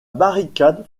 barricade